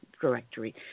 directory